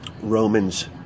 Romans